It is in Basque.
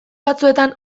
batzuetan